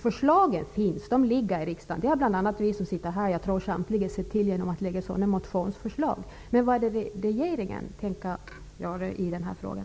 Förslagen finns i riksdagen. Det har bl.a. vi som deltar i den här debatten sett till genom att lägga fram sådana motionsförslag -- jag tror att det gäller oss samtliga här. Men vad är det regeringen tänker göra i den här frågan?